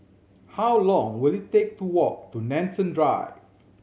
how long will it take to walk to Nanson Drive